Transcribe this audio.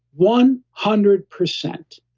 one hundred percent.